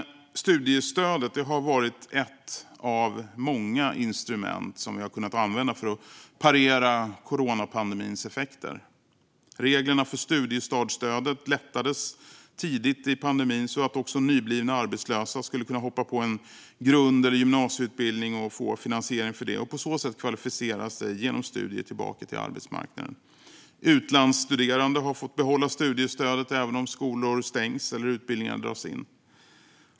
Studiestödet har varit ett av många instrument som vi har kunnat använda för att parera coronapandemins effekter. Reglerna för studiestartsstödet lättades tidigt i pandemin, så att också nyblivna arbetslösa skulle kunna hoppa på en grund eller gymnasieutbildning, få finansiering för det och genom studier kvalificera sig tillbaka till arbetsmarknaden. Utlandsstuderande har fått behålla studiestödet även om skolor stängs eller utbildningar dras in.